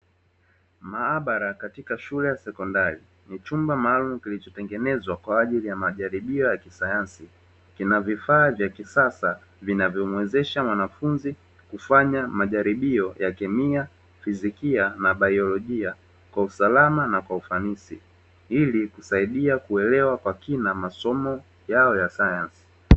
Maabara katika shule ya sekondari kina vifaa vya kutosha ki